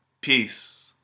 Peace